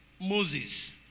Moses